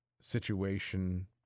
situation